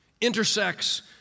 intersects